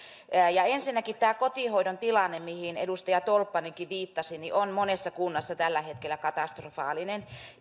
ensinnäkin tämä kotihoidon tilanne mihin edustaja tolppanenkin viittasi on monessa kunnassa tällä hetkellä katastrofaalinen